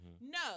No